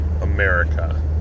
America